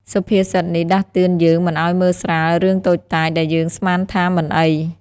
សុភាសិតនេះដាស់តឿនយើងមិនឱ្យមើលស្រាលរឿងតូចតាចដែលយើងស្មានថាមិនអី។